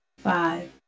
Five